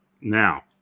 Now